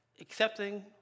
accepting